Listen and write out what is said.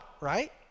right